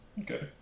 Okay